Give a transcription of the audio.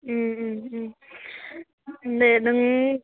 दे नों